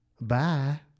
Bye